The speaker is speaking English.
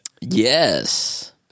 Yes